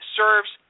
serves